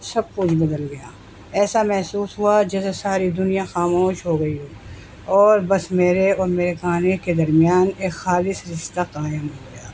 سب کچھ بدل گیا ایسا محسوس ہوا جیسے ساری دنیا خاموش ہو گئی ہو اور بس میرے اور میرے گانے کے درمیان ایک خالص رشہ قائم ہو گیا